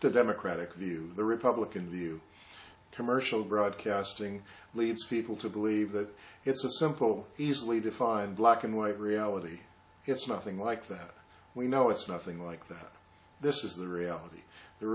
the democratic view the republican view commercial broadcasting leads people to believe that it's a simple easily defined black and white reality it's nothing like that we know it's nothing like that this is the reality the